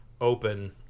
open